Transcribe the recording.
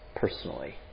personally